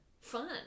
fun